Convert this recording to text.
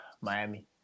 Miami